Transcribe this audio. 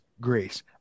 grace